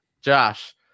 josh